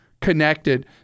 connected